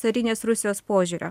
carinės rusijos požiūrio